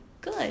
good